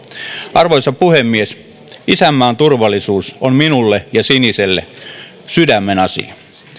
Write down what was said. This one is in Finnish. arvoisa puhemies isänmaan turvallisuus on minulle ja sinisille sydämen asia